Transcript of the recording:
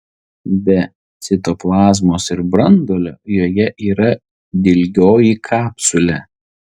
be citoplazmos ir branduolio joje yra dilgioji kapsulė